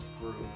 group